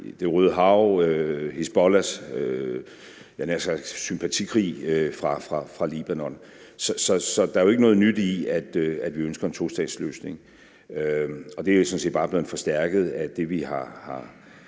Det Røde Hav og Hizbollahs sympatikrig, havde jeg nær sagt, fra Libanon. Så der er jo ikke noget nyt i, at vi ønsker en tostatsløsning. Det er sådan set bare blevet forstærket af det, vi har